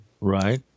right